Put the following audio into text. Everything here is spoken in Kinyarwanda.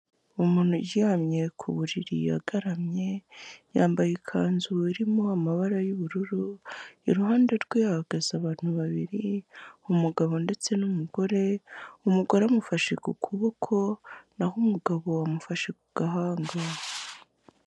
Umuntu uryamye ku buriri agaramye, yambaye ikanzu irimo amabara y'ubururu iruhande rwe hahagaze abantu babiri umugabo ndetse n'umugore, umugore amufashe ku kuboko naho umugabo amufashe kugahanga.